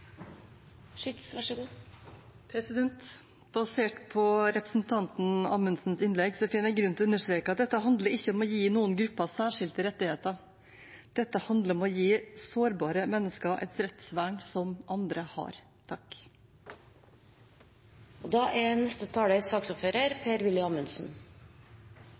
Basert på representanten Amundsens innlegg finner jeg grunn til å understreke at dette ikke handler om å gi noen grupper særskilte rettigheter, dette handler om å gi sårbare mennesker et rettsvern som andre har. Avslutningsvis: Det ble litt mer engasjement på slutten av debatten, og det er